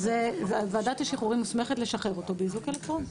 אז ועדת השחרורים מוסמכת לשחרר אותו באיזוק אלקטרוני.